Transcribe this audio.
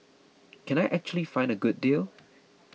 can I actually find a good deal